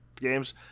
games